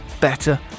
better